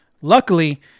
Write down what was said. luckily